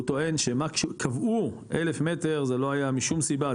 הוא טוען שמה שקבעו 1,000 מטר זה לא היה משום סיבה,.